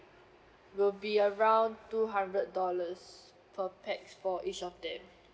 will be around two hundred dollars per pax for each of them